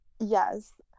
yes